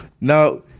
Now